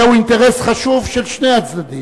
זהו אינטרס חשוב של שני הצדדים,